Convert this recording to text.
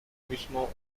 mismo